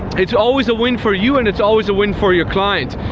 it's always a win for you, and it's always a win for your clients.